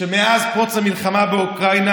שמאז פרוץ המלחמה באוקראינה,